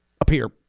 appear